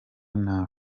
nabi